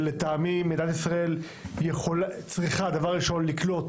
לטעמי מדינת ישראל צריכה דבר ראשון לקלוט